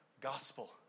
gospel